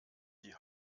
die